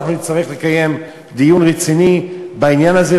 אנחנו נצטרך לקיים דיון רציני בעניין הזה,